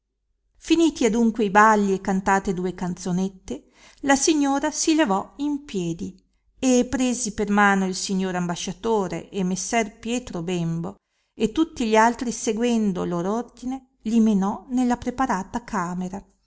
finiti adunque i balli e cantate due canzonette la signora si levò in piedi e presi per mano il signor ambasciatore e messer pietro bembo e tutti gli altri seguendo lor ordine li menò nella preparata camera